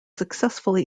successfully